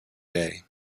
day